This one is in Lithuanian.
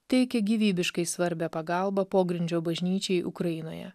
teikė gyvybiškai svarbią pagalbą pogrindžio bažnyčiai ukrainoje